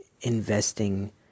investing